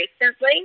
recently